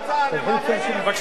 בבקשה, אדוני.